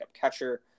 catcher